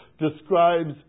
describes